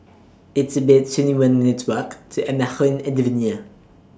It's about twenty one minutes' Walk to